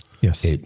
Yes